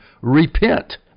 Repent